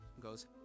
goes